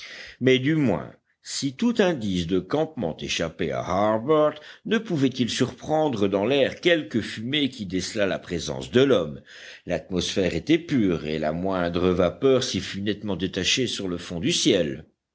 mais du moins si tout indice de campement échappait à harbert ne pouvait-il surprendre dans l'air quelque fumée qui décelât la présence de l'homme l'atmosphère était pure et la moindre vapeur s'y fût nettement détachée sur le fond du ciel